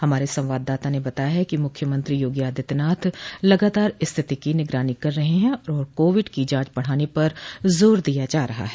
हमारे संवाददाता ने बताया है कि मुख्यमंत्री योगी आदित्यनाथ लगातार स्थिति की निगरानी कर रहे हैं और कोविड की जांच बढाने पर जोर दिया जा रहा है